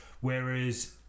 Whereas